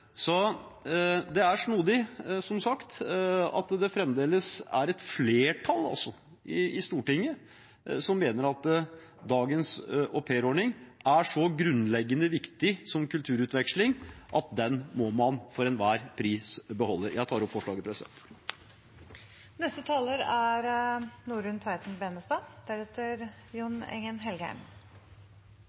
Det er som sagt snodig at det fremdeles er et flertall i Stortinget som mener at dagens aupairordning er så grunnleggende viktig som kulturutveksling at den må man for enhver pris beholde. Den saken vi behandler nå, har flere elementer, og jeg